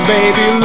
Baby